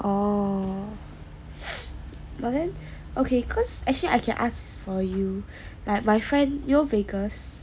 oh but then okay cause actually I can ask for you like my friend you know vegas